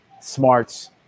Smarts